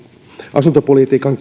asuntopolitiikan